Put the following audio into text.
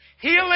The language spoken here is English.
Healing